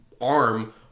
arm